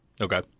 Okay